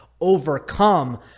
overcome